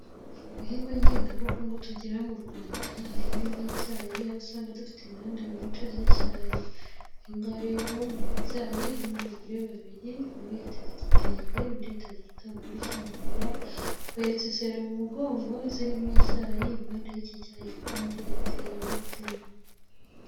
Mu bihingwa ngengabukungu tugera mu Rwanda harimo n'icyayi, aho usanga dufite inganda nyinshi z'icyay, ahangaha rero ni mu cyayi harimo abagore babiri bayiteze igitenge undi ateze igitambaro cy'umukara baretse sera mu mugongo zirimo icyayiimpande y'i cyayi kandi hateye ibiti.